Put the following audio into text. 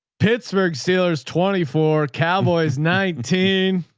pittsburgh steelers twenty four cowboys nineteen.